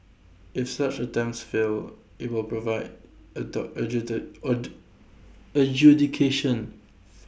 if such attempts fail IT will provide A door adjudication